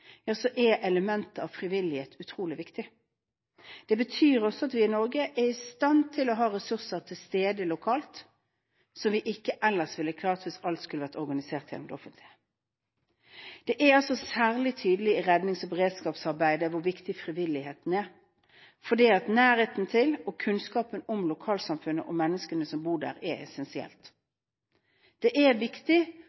er elementet av frivillighet utrolig viktig. Det betyr også at vi i Norge er i stand til å ha ressurser til stede lokalt, som vi ikke ellers ville klart hvis alt skulle vært organisert gjennom det offentlige. Det er særlig tydelig i rednings- og beredskapsarbeidet hvor viktig frivilligheten er. Nærheten til og kunnskapen om lokalsamfunnet og menneskene som bor der, er essensielt.